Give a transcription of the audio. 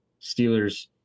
Steelers